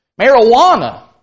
Marijuana